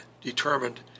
determined